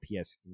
PS3